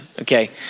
Okay